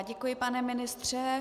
Děkuji, pane ministře.